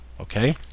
okay